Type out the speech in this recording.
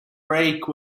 break